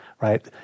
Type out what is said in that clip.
right